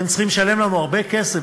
אתם צריכים לשלם לנו הרבה כסף,